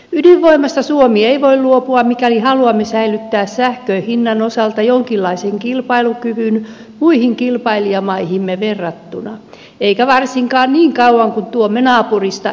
ydinvoimasta suomi ei voi luopua mikäli haluamme säilyttää sähkön hinnan osalta jonkinlaisen kilpailukyvyn muihin kilpailijamaihimme verrattuna eikä varsinkaan niin kauan kuin tuomme naapurista ydinpolttoaineella tuotettua sähköä